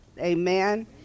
Amen